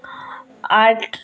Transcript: ଆଠ୍